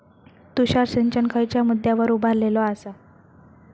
तुषार सिंचन खयच्या मुद्द्यांवर उभारलेलो आसा?